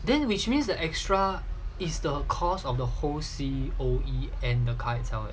then which means that extra is the because of the whole C_O_E and the care itself